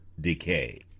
decay